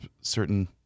certain